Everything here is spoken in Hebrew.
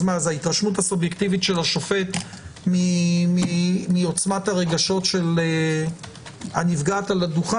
אז ההתרשמות הסובייקטיבית של השופט מעוצמת הרגשות של הנפגעת על הדוכן?